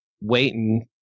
waiting